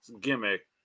gimmick